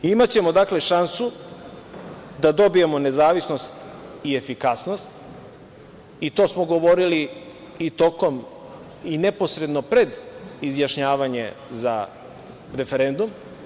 Imaćemo šansu da dobijemo nezavisnost i efikasnost, i to smo govorili i tokom i neposredno pred izjašnjavanje za referendum.